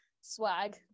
Swag